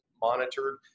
monitored